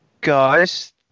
Guys